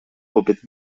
pobyt